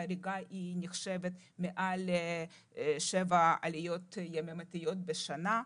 חריגה נחשבת מעל שבע עליות יומיות בשנה.